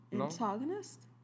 Antagonist